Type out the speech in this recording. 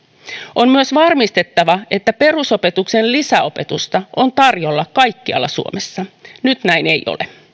on myös varmistettava että perusopetuksen lisäopetusta on tarjolla kaikkialla suomessa nyt näin ei ole